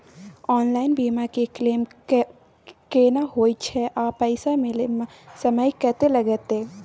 Online बीमा के claim केना होय छै आ पैसा मिले म समय केत्ते लगतै?